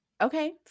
Okay